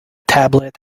tablet